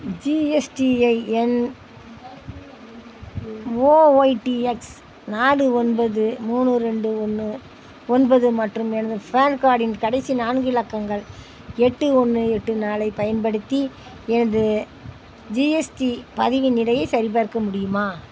GSTIN OOYDX நாலு ஒன்பது மூணு ரெண்டு ஒன்று ஒன்பது மற்றும் எனது ஃபான் கார்டின் கடைசி நான்கு இலக்கங்கள் எட்டு ஒன்று எட்டு நாலைப் பயன்படுத்தி எனது ஜிஎஸ்டி பதிவின் நிலையைச் சரிபார்க்க முடியுமா